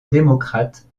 démocrate